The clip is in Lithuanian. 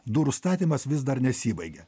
durų statymas vis dar nesibaigia